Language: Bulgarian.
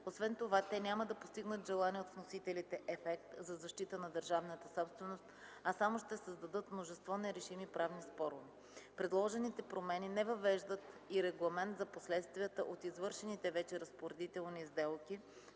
Освен това те няма да постигнат желания от вносителите ефект за защита на държавната собственост, а само ще създадат множество нерешими правни спорове. Предложените промени не въвеждат и регламент за последствията от извършените вече разпоредителни сделки